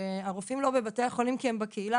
שהרופאים לא בבתי החולים כי הם בקהילה